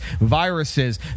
viruses